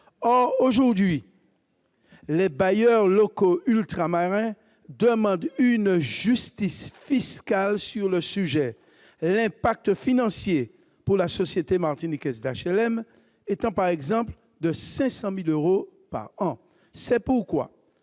Aujourd'hui, les bailleurs locaux ultramarins demandent justice fiscale en la matière : l'impact financier pour la société martiniquaise d'HLM s'élève, par exemple, à 500 000 euros par an. C'est pourquoi